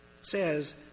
says